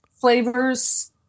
flavors